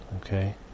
okay